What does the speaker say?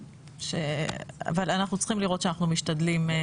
אבל צריכים לראות שאנחנו משתדלים.